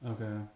Okay